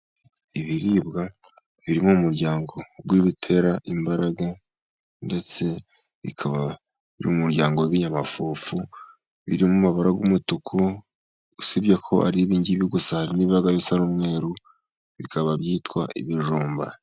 Ibiribwa biri mu muryango w' ibitera imbaraga ndetse bikaba biri mu muryango w'ibinyamafufu. Biri mu mabara y'umutuku, usibye ko ari ibingibi gusa hari n'ibiba bisa n'umweru, bikaba byitwa ibijumba.